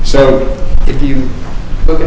so if you look at